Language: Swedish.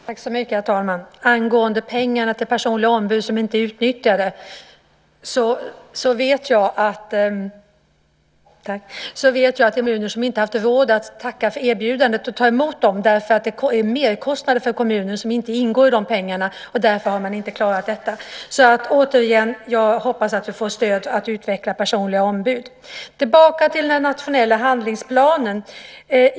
Herr talman! Angående inte utnyttjade pengar för personliga ombud vill jag säga att många kommuner inte haft råd att ta emot erbjudandet eftersom kommunerna har merkostnader utöver dessa pengar. Återigen: Jag hoppas att vi får stöd för att tillsätta personliga ombud. Jag återkommer också till den nationella handlingsplanen.